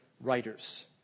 writers